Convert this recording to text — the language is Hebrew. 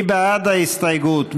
מי בעד ההסתייגות?